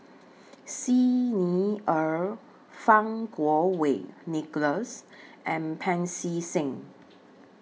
Xi Ni Er Fang Kuo Wei Nicholas and Pancy Seng